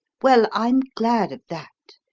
well, i'm glad of that.